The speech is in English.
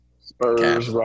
Spurs